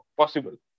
possible